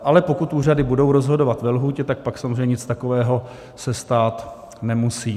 Ale pokud úřady budou rozhodovat ve lhůtě, tak pak samozřejmě nic takového se stát nemusí.